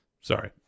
Sorry